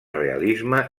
realisme